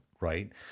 right